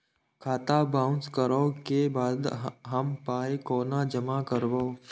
खाता बाउंस करै के बाद हम पाय कोना जमा करबै?